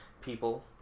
People